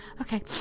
Okay